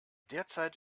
derzeit